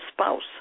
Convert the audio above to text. spouse